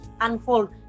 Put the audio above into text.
unfold